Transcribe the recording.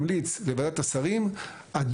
לוועדת השרים,